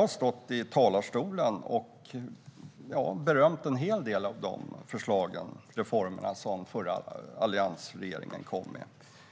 har stått i talarstolen och berömt en hel del av den förra alliansregeringens förslag och reformer.